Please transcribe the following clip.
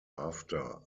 after